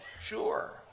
Sure